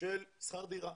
השחרור.